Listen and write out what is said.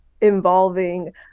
involving